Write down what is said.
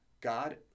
God